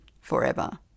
forever